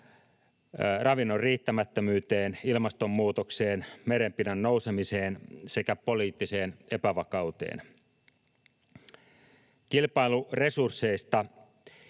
ravinnon riittämättömyyteen, ilmastonmuutokseen, merenpinnan nousemiseen sekä poliittiseen epävakauteen. Kilpailu resursseista